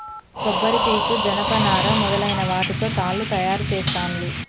కొబ్బరి పీసు జనప నారా మొదలైన వాటితో తాళ్లు తయారు చేస్తాండ్లు